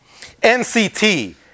NCT